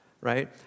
right